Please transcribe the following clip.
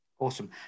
awesome